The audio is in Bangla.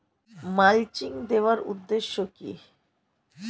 মালচিং দেওয়ার উদ্দেশ্য কি?